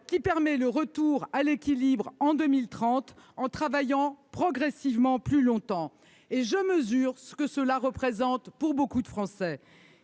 qui permet le retour à l'équilibre en 2030, en travaillant progressivement plus longtemps. Je mesure ce que cela représente pour de nombreux Français,